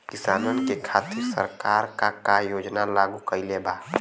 किसानन के खातिर सरकार का का योजना लागू कईले बा?